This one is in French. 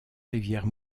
rivière